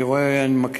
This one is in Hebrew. היא לא גוף מנחה.